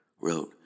wrote